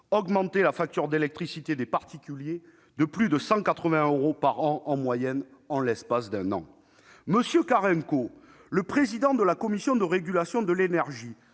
augmenter la facture d'électricité des particuliers de plus de 180 euros par an en moyenne en l'espace d'un an ! M. Carenco, le président la Commission de régulation de l'énergie